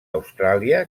austràlia